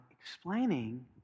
explaining